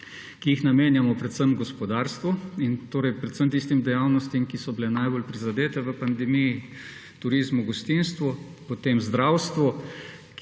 ki jih namenjamo predvsem gospodarstvu, torej predvsem tistim dejavnostim, ki so bile najbolj prizadete v pandemiji, turizmu, gostinstvu, potem zdravstvu,